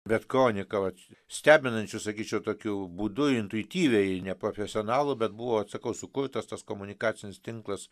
bet kronika vat stebinančiu sakyčiau tokiu būdu intuityviai ne profesionalų bet buvo sakau sukurtas tas komunikacinis tinklas